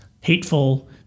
hateful